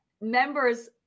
members